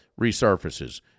resurfaces